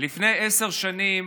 לפני עשר שנים